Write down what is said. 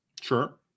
Sure